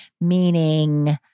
meaning